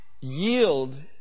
yield